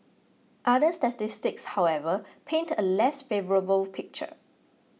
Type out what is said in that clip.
other statistics however paint a less favourable picture